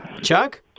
Chuck